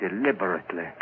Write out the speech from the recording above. deliberately